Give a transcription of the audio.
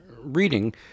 reading